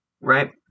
right